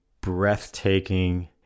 breathtaking